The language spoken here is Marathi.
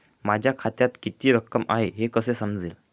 माझ्या खात्यात किती रक्कम आहे हे कसे समजेल?